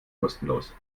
kostenlos